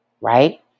Right